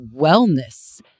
wellness